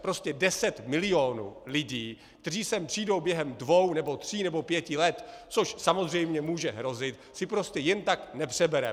Prostě deset milionů lidí, kteří sem přijdou během dvou nebo tří nebo pěti let, což samozřejmě může hrozit, si prostě jen tak nepřebereme.